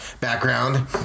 background